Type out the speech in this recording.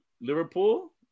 Liverpool